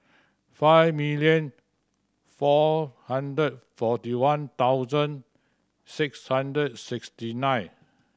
five million four hundred forty one thousand six hundred sixty nine